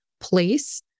place